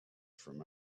from